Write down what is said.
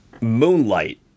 Moonlight